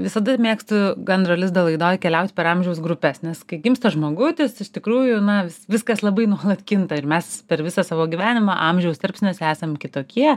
visada mėgstu gandro lizdo laidoj keliaus per amžiaus grupes nes kai gimsta žmogutis iš tikrųjų na vis viskas labai nuolat kinta ir mes per visą savo gyvenimą amžiaus tarpsniuose esam kitokie